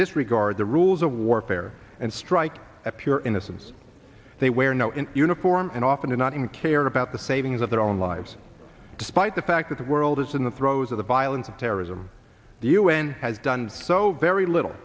this regard the rules of warfare and strike at pure innocence they wear no in uniform and often do not even care about the savings of their own lives despite the fact that the world is in the throes of the violence of terrorism the un has done so very little